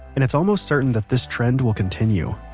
and it's almost certain that this trend will continue.